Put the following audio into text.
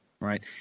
Right